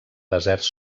deserts